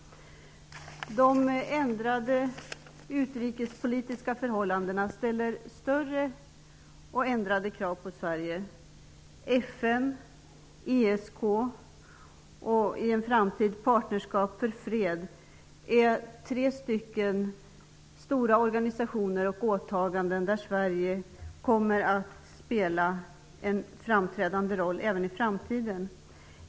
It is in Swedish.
De ändrade utrikespolitiska förhållandena ställer större och ändrade krav på Sverige. FN, ESK och framtida Partnerskap för fred är tre stora organisationer med åtaganden där Sverige kommer att spela en framträdande roll även i framtiden.